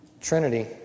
Trinity